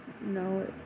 No